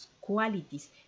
qualities